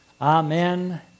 Amen